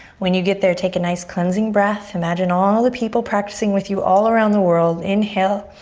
when you get there take a nice cleansing breath. imagine all the people practicing with you all around the world. inhale.